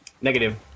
Negative